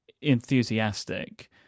enthusiastic